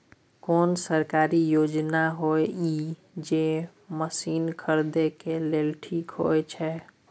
कोन सरकारी योजना होय इ जे मसीन खरीदे के लिए ठीक होय छै?